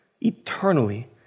Eternally